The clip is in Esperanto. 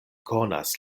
konas